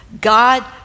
God